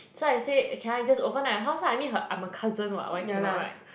so I say can I just overnight your house lah I mean her I'm her cousin what why cannot [right]